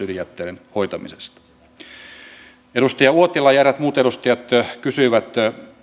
ydinjätteiden hoitamisesta edustaja uotila ja eräät muut edustajat kysyivät